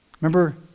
Remember